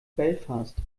belfast